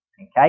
Okay